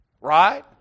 Right